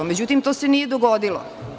Međutim, to se nije dogodilo.